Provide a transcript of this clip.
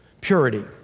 Purity